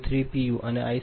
126 p